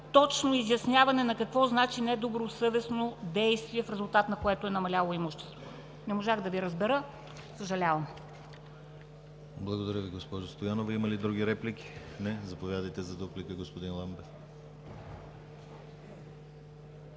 точно изясняване на какво значи „недобросъвестно действие“, в резултат на което е намаляло имуществото? Не можах да Ви разбера, съжалявам! ПРЕДСЕДАТЕЛ ДИМИТЪР ГЛАВЧЕВ: Благодаря Ви, госпожо Стоянова. Има ли други реплики? Не. Заповядайте за дуплика, господин Ламбев.